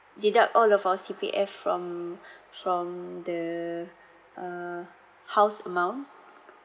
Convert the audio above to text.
deduct all the four C_P_F from from the err house amount